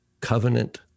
covenant